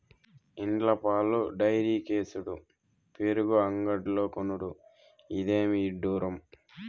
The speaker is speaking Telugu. ఇండ్ల పాలు డైరీకేసుడు పెరుగు అంగడ్లో కొనుడు, ఇదేమి ఇడ్డూరం